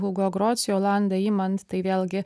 hugo grocijų olandą imant tai vėlgi